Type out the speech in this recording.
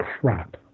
crap